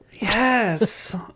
Yes